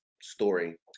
story